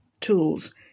tools